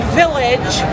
village